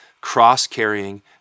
Cross-carrying